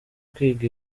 kwiga